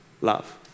love